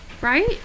right